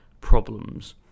problems